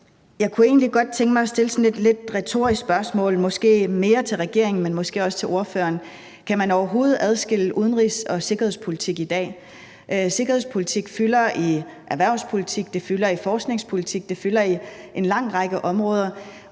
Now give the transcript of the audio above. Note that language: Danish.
Jeg kunne egentlig godt tænke mig at stille sådan et lidt retorisk spørgsmål, og det er måske mere til regeringen, men måske også til ordføreren: Kan man overhovedet adskille udenrigs- og sikkerhedspolitik i dag? Sikkerhedspolitik fylder i erhvervspolitik, det fylder i forskningspolitik, det fylder på en lang række områder,